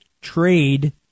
trade